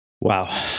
Wow